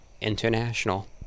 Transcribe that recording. International